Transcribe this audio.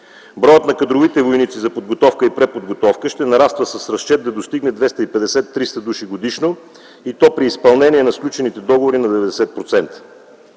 Броят на кадровите войници за подготовка и преподготовка ще нараства с разчет да достигне 250-300 души годишно, и то при изпълнение на сключените договори на 90%.